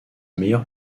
meilleure